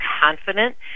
confident